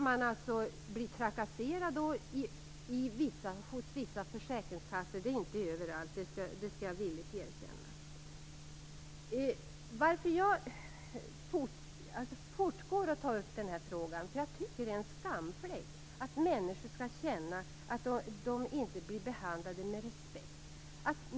Man blir trakasserad hos vissa försäkringskassor. Det är inte överallt, det skall jag villigt erkänna. Skälet till att jag fortsätter att ta upp den här frågan är att jag tycker att det är en skamfläck att människor skall känna att de inte blir behandlade med respekt.